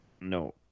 No